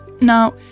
Now